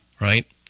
right